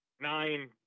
nine